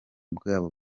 bw’abo